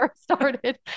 started